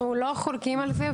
אנחנו לא חולקים על זה,